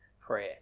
prayer